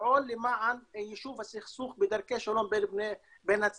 לפעול למען יישוב הסכסוך בדרכי שלום בין הצדדים,